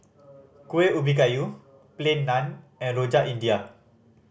Kuih Ubi Kayu Plain Naan and Rojak India